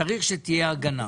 צריך שתהיה הגנה,